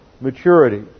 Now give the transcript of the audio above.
maturity